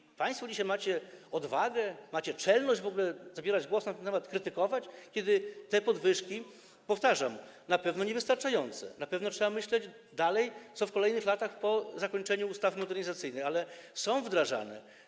I państwo dzisiaj macie odwagę, macie czelność w ogóle zabierać głos na ten temat, krytykować to, kiedy podwyżki - powtarzam, na pewno niewystarczające, na pewno trzeba myśleć, co dalej, co w kolejnych latach, po zakończeniu działania ustawy modernizacyjnej - są wdrażane.